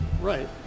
Right